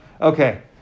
Okay